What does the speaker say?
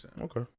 Okay